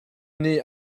nih